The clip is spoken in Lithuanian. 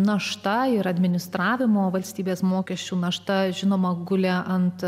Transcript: našta ir administravimo valstybės mokesčių našta žinoma gulė ant